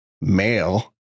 male